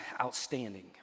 outstanding